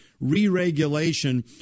re-regulation